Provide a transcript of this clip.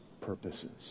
purposes